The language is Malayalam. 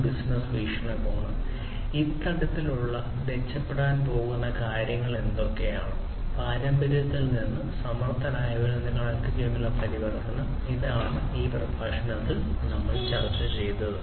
ഒരു ബിസിനസ് വീക്ഷണകോണിൽ നിന്ന് ഇത്തരത്തിലുള്ള ദത്തെടുക്കലിലൂടെ മെച്ചപ്പെടാൻ പോകുന്ന കാര്യങ്ങൾ എന്തൊക്കെയാണ് പാരമ്പര്യത്തിൽ നിന്ന് സമർത്ഥരായവരിൽ നിന്ന് കണക്റ്റുചെയ്തതിലൂടെയുള്ള പരിവർത്തനം ഇതാണ് ഈ പ്രത്യേക പ്രഭാഷണത്തിൽ നമ്മൾ ചർച്ച ചെയ്തത്